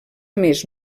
més